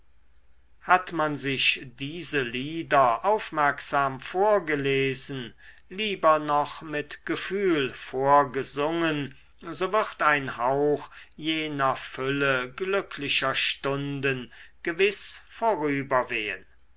hat man sich diese lieder aufmerksam vorgelesen lieber noch mit gefühl vorgesungen so wird ein hauch jener fülle glücklicher stunden gewiß vorüber wehen